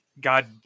God